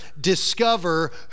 discover